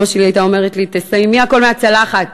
אימא שלי הייתה אומרת לי: תאכלי הכול מהצלחת.